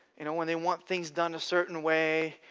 you know when they want things done a certain way,